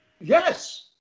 Yes